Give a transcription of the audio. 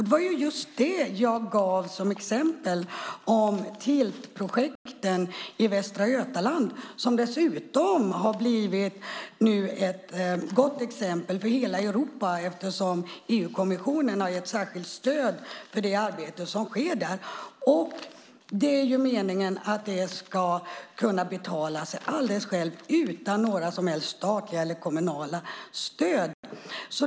Det var just det jag gav ett exempel på med projekten i Västra Götaland som dessutom har blivit ett gott exempel för hela Europa. EU-kommissionen har gett särskilt stöd för det arbete som sker där. Det är meningen att det ska kunna betala sig alldeles självt utan några som helst statliga eller kommunala stöd.